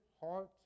heart